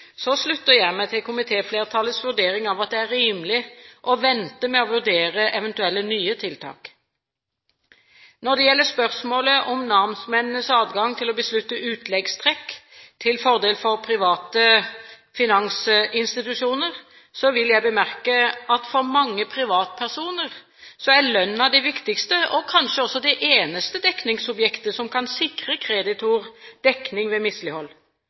slutter jeg meg til komitéflertallets vurdering av at det er rimelig å vente med å vurdere eventuelle nye tiltak. Når det gjelder spørsmålet om namsmennenes adgang til å beslutte utleggstrekk til fordel for private finansinstitusjoner, vil jeg bemerke at for mange privatpersoner er lønnen det viktigste – og kanskje også det eneste – dekningsobjektet som kan sikre kreditor dekning ved mislighold.